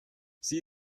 sie